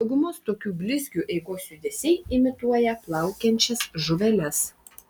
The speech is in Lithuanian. daugumos tokių blizgių eigos judesiai imituoja plaukiančias žuveles